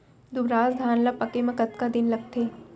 दुबराज धान ला पके मा कतका दिन लगथे?